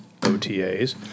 OTAs